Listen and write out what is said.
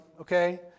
okay